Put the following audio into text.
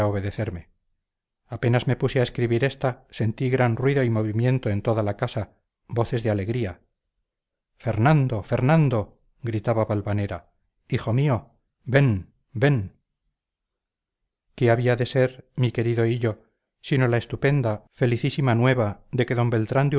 obedecerme apenas me puse a escribir esta sentí gran ruido y movimiento en toda la casa voces de alegría fernando fernando gritaba valvanera hijo mío ven ven qué había de ser mi querido hillo sino la estupenda felicísima nueva de que d beltrán